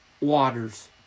waters